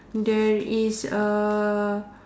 there is a